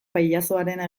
pailazoarena